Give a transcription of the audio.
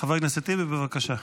חבר הכנסת טיבי, בבקשה.